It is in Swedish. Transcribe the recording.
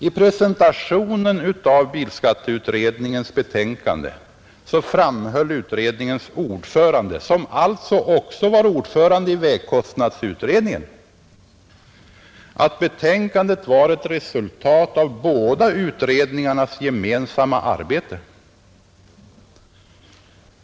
I presentationen av bilskatteutredningens betänkande framhöll utredningens ordförande, som alltså också var ordförande i vägkostnadsutredningen, att betänkandet var ett resultat av båda utredningarnas gemensamma arbete.